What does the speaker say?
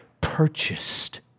purchased